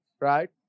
right